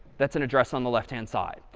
that's an address on the left hand side.